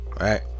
right